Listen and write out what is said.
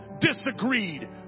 disagreed